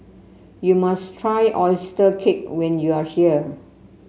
you must try oyster cake when you are here